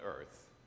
earth